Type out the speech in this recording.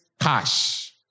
cash